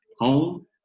home